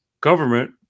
government